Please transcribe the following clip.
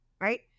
right